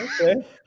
Okay